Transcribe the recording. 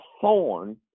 thorn